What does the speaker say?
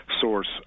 source